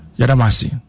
Yadamasi